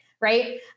right